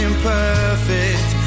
Imperfect